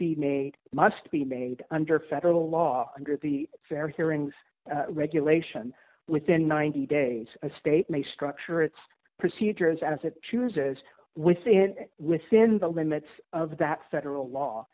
be made must be made under federal law under the fair hearings regulation within ninety days a state may structure its procedures as it chooses within within the limits of that federal law